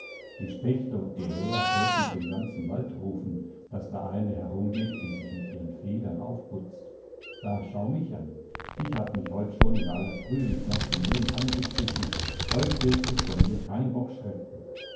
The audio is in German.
die spechte und die häher täten's im ganzen wald rufen daß da eine herumgeht die sich mit ihren federn aufputzt da schau mich an ich hab mich heut schon in aller früh mit nassem lehm angestrichen heut wird sich vor mir kein bock schrecken